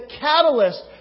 catalyst